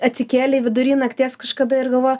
atsikėlei vidury nakties kažkada ir galvoji